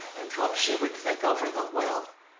and hoped she would think over the will.